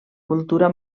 cultura